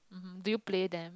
mmhmm do you play them